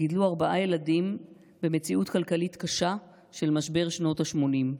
גידלו ארבעה ילדים במציאות כלכלית קשה של משבר שנות השמונים.